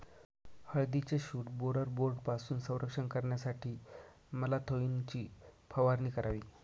हळदीचे shoot borer बोर्डपासून संरक्षण करण्यासाठी मॅलाथोईनची फवारणी करावी